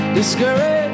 discouraged